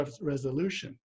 resolution